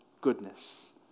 goodness